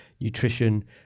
nutrition